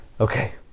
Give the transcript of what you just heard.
Okay